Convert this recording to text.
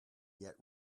get